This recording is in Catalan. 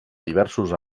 diversos